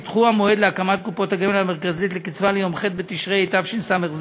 נדחה המועד להקמת קופות הגמל המרכזיות לקצבה ליום ח' בתשרי התשס"ז,